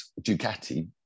Ducati